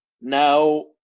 Now